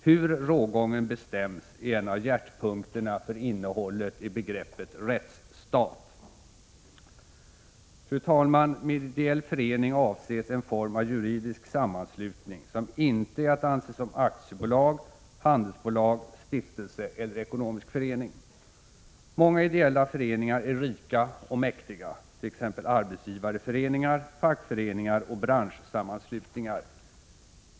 Hur rågången bestäms är en av hjärtpunkterna för innehållet i begreppet rättsstat. Fru talman! Med ideell förening avses en form av juridisk sammanslutning som inte är att anse som aktiebolag, handelsbolag, stiftelse eller ekonomisk förening. Många ideella föreningar är rika och mäktiga, t.ex. arbetsgivarföreningar, fackföreningar och branschsammanslutningar.